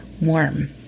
warm